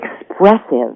expressive